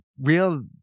real